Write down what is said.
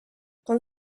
con